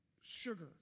sugar